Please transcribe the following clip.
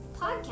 podcast